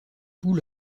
tous